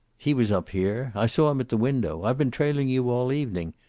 he was up here. i saw him at the window. i've been trailing you all evening.